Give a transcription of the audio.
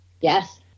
Yes